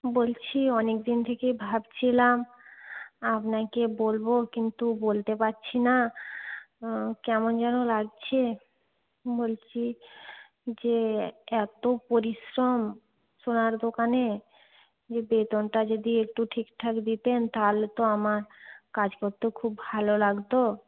বলছি অনেক দিন থেকেই ভাবছিলাম আপনাকে বলব কিন্তু বলতে পারছি না কেমন যেন লাগছে বলছি যে এত পরিশ্রম সোনার দোকানে যে বেতনটা যদি একটু ঠিকঠাক দিতেন তাহলে তো আমার কাজ করতেও খুব ভালো লাগত